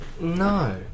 No